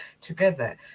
together